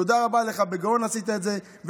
תודה רבה לך, עשית את זה בגאון.